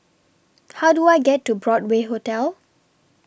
How Do I get to Broadway Hotel